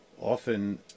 often